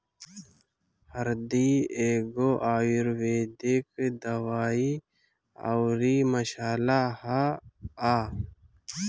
हरदी एगो आयुर्वेदिक दवाई अउरी मसाला हअ